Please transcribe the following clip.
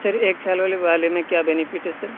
سر ایک سال والے والے میں کیا بینفٹ ہے سر